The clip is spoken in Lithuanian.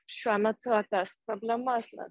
šiuo metu opias problemas na